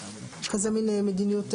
כזה מן מדיניות,